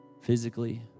physically